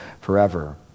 forever